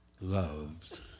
loves